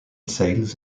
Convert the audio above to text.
cells